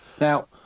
now